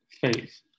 faith